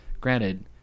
granted